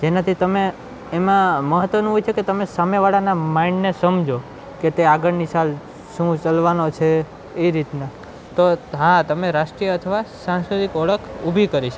જેનાથી તમે એમાં મહત્ત્વનું હોય છે કે તમે સામેવાળાના માઈન્ડને સમજો કે તે આગળની સાલ શું ચલવાનો છે એ રીતના તો હા તમે રાષ્ટ્રીય અથવા સાંસ્કૃતિક ઓળખ ઊભી કરીશ